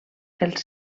els